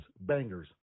bangers